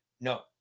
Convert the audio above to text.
No